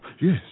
Yes